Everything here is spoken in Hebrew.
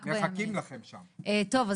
טוב,